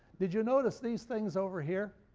did you notice these things over here?